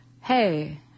Hey